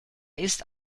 ist